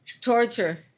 torture